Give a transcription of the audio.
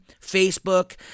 Facebook